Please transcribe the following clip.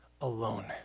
alone